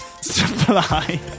Supply